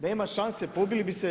Nema šanse, pobili bi se